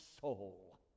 soul